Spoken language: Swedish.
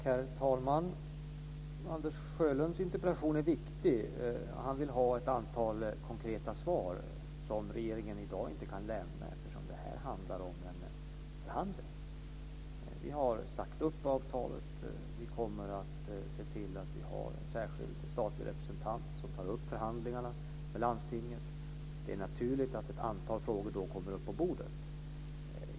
Herr talman! Anders Sjölunds interpellation är viktig. Han vill ha ett antal konkreta svar som regeringen i dag inte kan lämna eftersom det här handlar om en förhandling. Vi har sagt upp avtalet. Vi kommer att se till att vi har en särskild statlig representant som tar upp förhandlingarna med landstinget. Det är naturligt att ett antal frågor då kommer upp på bordet.